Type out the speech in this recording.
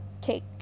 take